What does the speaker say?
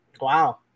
Wow